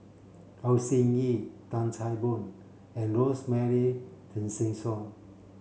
Au Hing Yee Tan Chan Boon and Rosemary Tessensohn